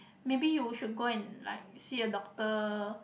maybe you should go and like see a doctor